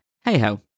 hey-ho